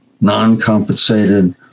non-compensated